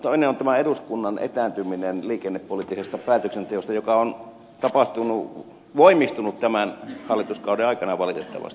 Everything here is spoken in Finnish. toinen on tämä eduskunnan etääntyminen liikennepoliittisesta päätöksenteosta mikä on voimistunut tämän hallituskauden aikana valitettavasti